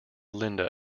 linda